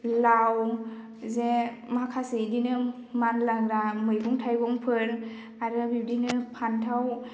लाव जे माखासे इदिनो मानलाग्रा मैगं थाइगंफोर आरो बिदिनो फान्थाव